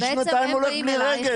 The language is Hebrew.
אני שנתיים הולך בלי רגל.